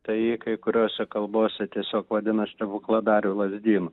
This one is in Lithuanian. tai jį kai kuriose kalbose tiesiog vadina stebukladariu lazdynu